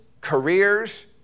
careers